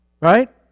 right